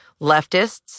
leftists